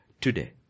today